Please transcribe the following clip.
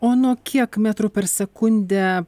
o nuo kiek metrų per sekundę